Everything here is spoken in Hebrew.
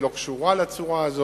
היא לא קשורה לצורה הזאת,